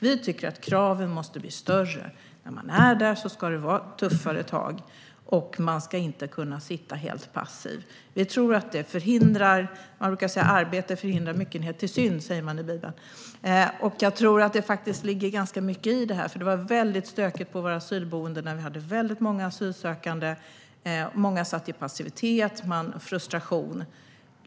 Vi tycker att kraven måste bli högre. När man är på ett asylboende ska det vara tuffare tag. Man ska inte kunna sitta och vara helt passiv. Arbete förhindrar många tillfällen till synd, står det i Bibeln. Det ligger mycket i det. Det var väldigt stökigt på asylboendena när det fanns väldigt många asylsökande där. Många satt i passivitet och man kände frustration.